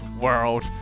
World